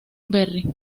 berry